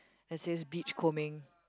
that is big coaming